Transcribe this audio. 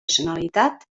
generalitat